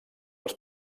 els